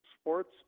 Sports